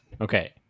Okay